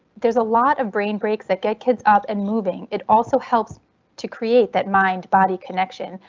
there's a lot of brain breaks that get kids up and moving. it also helps to create that mind body connection.